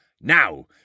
Now